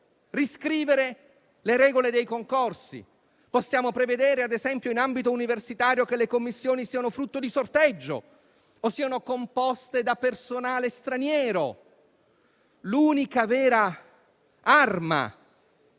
riscrivere le regole dei concorsi; possiamo prevedere - ad esempio - in ambito universitario, che le commissioni siano frutto di sorteggio o siano composte da personale straniero. L'unica vera arma